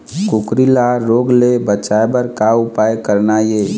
कुकरी ला रोग ले बचाए बर का उपाय करना ये?